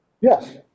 Yes